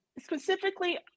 specifically